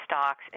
stocks